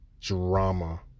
drama